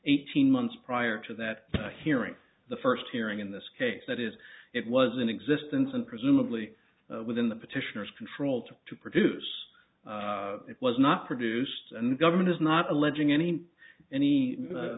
eighteen months prior to that hearing the first hearing in this case that is it was in existence and presumably within the petitioners control to produce it was not produced and government is not alleging any any